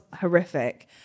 horrific